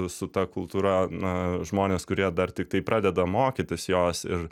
su ta kultūra na žmones kurie dar tik pradeda mokytis jos ir